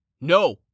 No